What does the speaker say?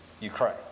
Ukraine